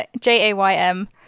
J-A-Y-M